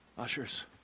Ushers